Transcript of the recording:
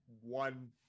one